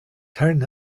turn